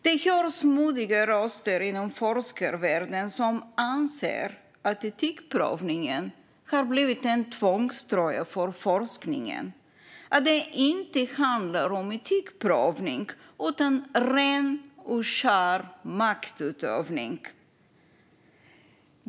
Det hörs modiga röster inom forskarvärlden som anser att etikprövningen har blivit en tvångströja för forskningen och att det inte handlar om etikprövning utan om ren och skär maktutövning.